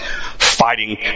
fighting